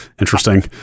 Interesting